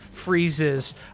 Freezes